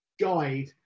guide